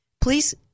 please